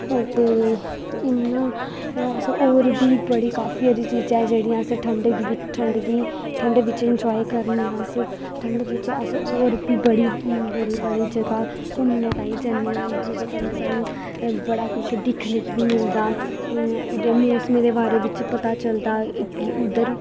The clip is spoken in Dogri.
ते इ'यां अस होर बी बड़े सारी चीजां जेह्ड़ियां अस ठंड बिच्च इंजाय करने अस होर बी बड़ी सारी जगह घुम्मने ताहीं जनेआं जिह्दे कन्नै सानूं बड़ा कुछ दिक्खने गी मिलदा मोसम दे बारे च पता चलदा उद्धर